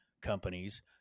companies